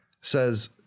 says